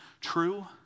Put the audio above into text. true